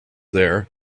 there